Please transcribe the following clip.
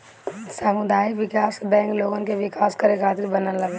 सामुदायिक विकास बैंक लोगन के विकास करे खातिर बनल हवे